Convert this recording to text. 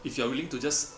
if you are willing to just